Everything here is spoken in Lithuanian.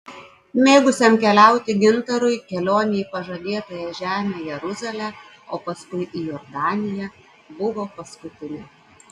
mėgusiam keliauti gintarui kelionė į pažadėtąją žemę jeruzalę o paskui į jordaniją buvo paskutinė